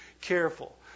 careful